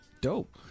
Dope